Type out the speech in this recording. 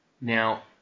Now